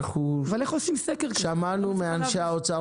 בדיון שהתקיים בפגרה שמענו מאנשי האוצר